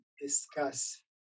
discuss